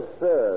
sir